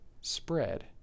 spread